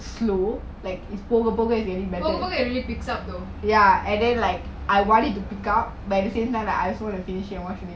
slow like போக போக:poga poga ya and then like I want it to pick up but at the same time I also want to finish it and watch